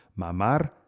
mamar